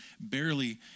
barely